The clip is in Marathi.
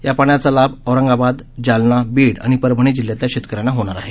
या पाण्याचा लाभ औरंगाबाद जालना बीड आणि परभणी जिल्ह्यातल्या शेतकऱ्यांना होणार आहे